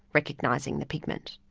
recognising the pigment.